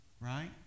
right